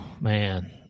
Man